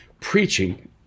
preaching